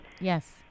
Yes